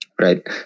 Right